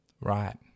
Right